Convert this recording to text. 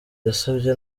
yasabye